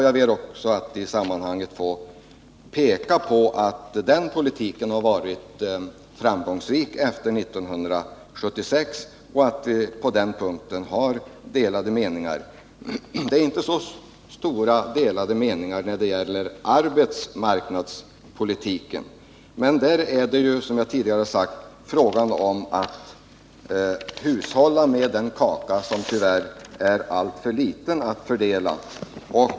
Jag ber också att i det sammanhanget få peka på att den politiken har varit framgångsrik efter 1976, trots att vi på den punkten har delade meningar. Meningsskiljaktigheterna är inte särskilt stora när det gäller arbetsmarknadspolitiken, men där är det ju, som jag tidigare har sagt, också frågan om att hushålla med den kaka som tyvärr är alltför liten.